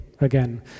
Again